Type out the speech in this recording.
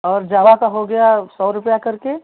और जावा का हो गया सौ रुपये करके